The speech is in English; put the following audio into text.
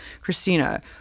Christina